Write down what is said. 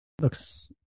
Looks